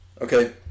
Okay